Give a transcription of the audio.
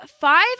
Five